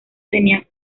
tenía